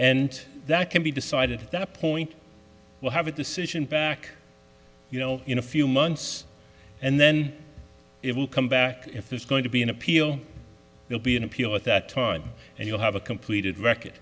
and that can be decided at that point we'll have a decision back you know in a few months and then it will come back if there's going to be an appeal will be an appeal at that time and you'll have a completed record